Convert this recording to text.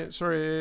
sorry